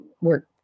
work